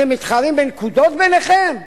אתם מתחרים בנקודות ביניכם?